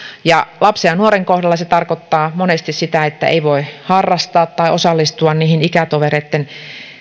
lapsen ja nuoren kohdalla se tarkoittaa monesti sitä että ei voi harrastaa tai osallistua niihin ikätovereitten